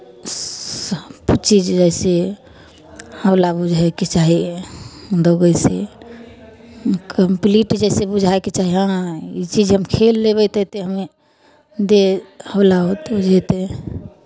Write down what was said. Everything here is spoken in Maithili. सभचीज जइसे हौला बुझायके चाहिए दौड़यसँ कम्प्लीट जइसे बुझायके चाही हँ ई चीज हम खेल लेबै तऽ एतेक हमे देह हौला होतै जेतै